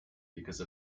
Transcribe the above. because